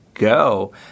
go